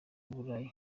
burayi